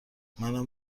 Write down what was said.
منم